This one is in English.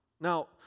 Now